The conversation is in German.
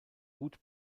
gut